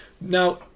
Now